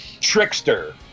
Trickster